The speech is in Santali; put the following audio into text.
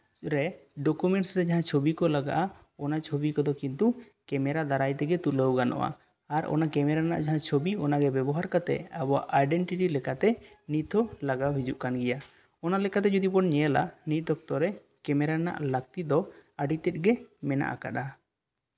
ᱨᱮ ᱰᱚᱠᱩᱢᱮᱱᱴ ᱨᱮ ᱡᱟᱦᱟᱸ ᱪᱷᱚᱵᱤ ᱠᱚ ᱞᱟᱜᱟᱜᱼᱟ ᱚᱱᱟ ᱪᱷᱚᱵᱤ ᱠᱚᱫᱚ ᱠᱤᱱᱛᱩ ᱠᱮᱢᱮᱨᱟ ᱫᱟᱨᱟᱭ ᱛᱮᱜᱮ ᱛᱩᱞᱟᱹᱣ ᱜᱟᱱᱚᱜᱼᱟ ᱟᱨ ᱚᱱᱟ ᱠᱮᱢᱮᱨᱟ ᱨᱮᱱᱟᱜ ᱡᱟᱦᱟᱸ ᱪᱷᱚᱵᱤ ᱚᱱᱟ ᱜᱮ ᱵᱮᱵᱚᱦᱟᱨ ᱠᱟᱛᱮ ᱟᱵᱚᱣᱟᱜ ᱟᱭᱰᱮᱱᱴᱤᱴᱤ ᱞᱮᱠᱟᱛᱮ ᱱᱤᱛ ᱦᱚᱸ ᱞᱟᱜᱟᱣ ᱦᱤᱡᱩᱜ ᱠᱟᱱ ᱜᱮᱭᱟ ᱚᱱᱟ ᱞᱮᱠᱟᱛᱮ ᱡᱩᱫᱤ ᱵᱚᱱ ᱧᱮᱞᱟ ᱱᱤᱛ ᱚᱠᱛᱚ ᱨᱮ ᱠᱮᱢᱮᱨᱟ ᱨᱮᱱᱟᱜ ᱞᱟᱠᱛᱤ ᱫᱚ ᱟ ᱰᱤ ᱛᱮᱫ ᱜᱮ ᱢᱮᱱᱟᱜ ᱟᱠᱟᱫᱟ